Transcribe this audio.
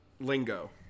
lingo